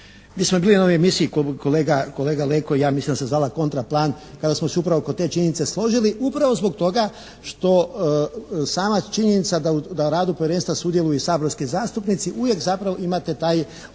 Mi smo bili na onoj emisiji, kolega Leko i ja, mislim da se zvala "Kontraplan" kada smo se upravo kod te činjenice složili upravo zbog toga što sama činjenica da u radu povjerenstvu sudjeluju i saborski zastupnici uvijek zapravo imate taj, onaj